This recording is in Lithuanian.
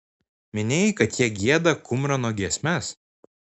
minėjai kad jie gieda kumrano giesmes